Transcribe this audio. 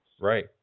Right